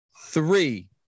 three